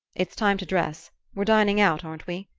it's time to dress we're dining out, aren't we?